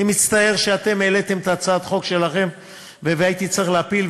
אני מצטער שאתם העליתם את הצעת החוק שלכם והייתי צריך להפיל,